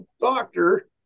doctor